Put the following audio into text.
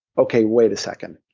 okay, wait a second.